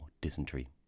dysentery